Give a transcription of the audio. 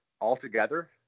altogether